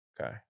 Okay